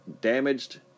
damaged